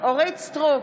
אורית מלכה סטרוק,